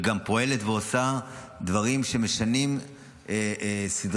וגם פועלת ועושה דברים שמשנים סדרי